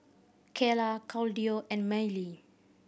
Kaela Claudio and Mylee